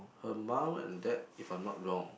her mum and dad if I'm not wrong